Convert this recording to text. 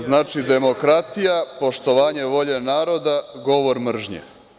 Znači, demokratija, poštovanje volje naroda, govor mržnje.